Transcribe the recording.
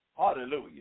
Hallelujah